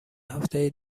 هفته